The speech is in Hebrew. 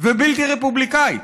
ובלתי רפובליקנית.